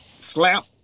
slap